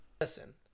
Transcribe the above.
Listen